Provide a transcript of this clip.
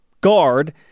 guard